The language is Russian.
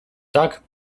так